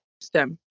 STEM